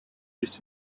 this